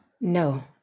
No